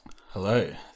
Hello